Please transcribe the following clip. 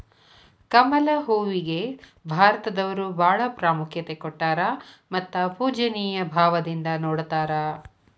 ಕಮಲ ಹೂವಿಗೆ ಭಾರತದವರು ಬಾಳ ಪ್ರಾಮುಖ್ಯತೆ ಕೊಟ್ಟಾರ ಮತ್ತ ಪೂಜ್ಯನಿಯ ಭಾವದಿಂದ ನೊಡತಾರ